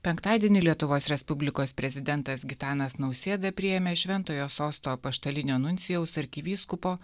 penktadienį lietuvos respublikos prezidentas gitanas nausėda priėmė šventojo sosto apaštalinio nuncijaus arkivyskupo